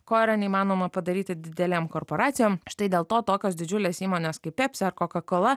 ko yra neįmanoma padaryti didelėm korporacijom štai dėl to tokios didžiulės įmonės kaip pepsi ar coca cola